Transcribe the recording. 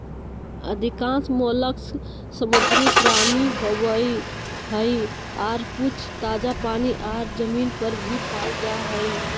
अधिकांश मोलस्क समुद्री प्राणी होवई हई, आर कुछ ताजा पानी आर जमीन पर भी पाल जा हई